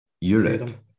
Europe